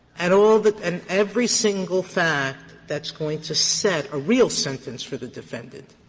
and all the and every single fact that's going to set a real sentence for the defendant,